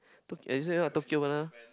tok~ you said what Tokyo Banana